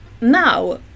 now